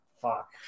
fuck